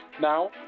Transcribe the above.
now